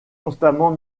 constamment